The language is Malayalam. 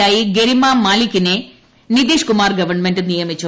യായി ഗരിമ മാലി കിനെ നിതീഷ് കുമർ ഗവൺമെന്റ് നിയമിച്ചു